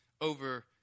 over